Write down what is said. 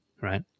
right